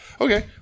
okay